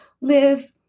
live